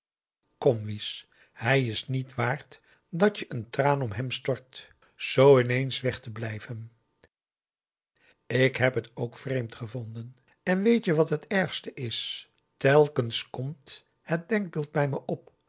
wies hij is niet waard dat je een traan om hem stort zoo ineens weg te blijven ik heb het ook vreemd gevonden en weet je wat het ergste is telkens komt het denkbeeld bij me op